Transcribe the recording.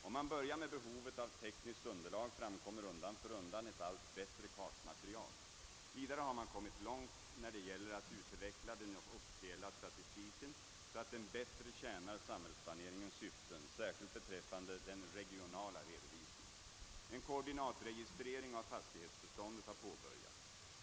Om man börjar med behovet av tekniskt underlag framkommer undan för undan ett allt bättre kartmaterial, Vidare hår man kommit långt när det gäller att utveckla den officiella statistiken så att den bättre tjänar samhällsplaneringens syften, särskilt beträffande den regionala redovisningen. En koordinatregistrering av fastighetsbeståndet har påbörjats.